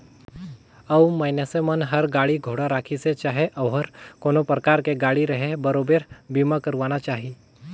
अउ मइनसे मन हर गाड़ी घोड़ा राखिसे चाहे ओहर कोनो परकार के गाड़ी रहें बरोबर बीमा करवाना चाही